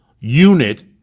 unit